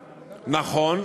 נכון,